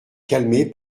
calmer